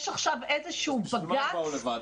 יש עכשיו איזה שהוא בג"צ -- אז בשביל מה הם באו לוועדה,